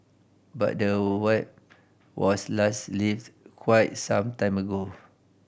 but the Whip was last lift quite some time ago